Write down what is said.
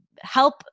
help